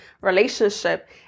relationship